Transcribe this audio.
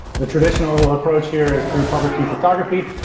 the traditional approach here is through public key cryptography,